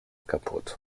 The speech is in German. kaputt